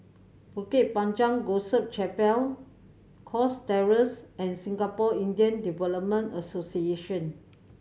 Bukit Panjang Gospel Chapel Cox Terrace and Singapore Indian Development Association